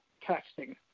testing